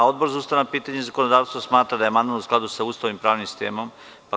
Odbor za ustavna pitanja i zakonodavstvo smatra da amandman u skladu sa Ustavom i pravnim sistemom Republike Srbije.